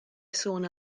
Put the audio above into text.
sôn